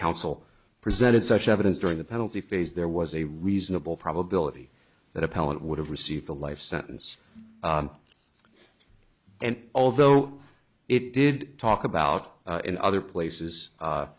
counsel presented such evidence during the penalty phase there was a reasonable probability that appellant would have received a life sentence and although it did talk about in other places